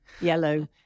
yellow